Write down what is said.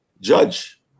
judge